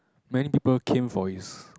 many people came for his